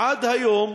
עד היום,